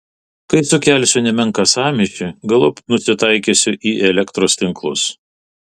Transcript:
kai sukelsiu nemenką sąmyšį galop nusitaikysiu į elektros tinklus